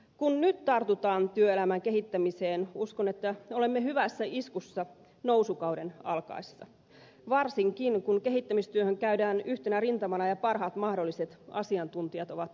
kun nyt tartutaan työelämän kehittämiseen uskon että olemme hyvässä iskussa nousukauden alkaessa varsinkin kun kehittämistyöhön käydään yhtenä rintamana ja parhaat mahdolliset asiantuntijat ovat rivissä